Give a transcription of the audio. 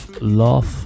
Love